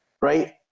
right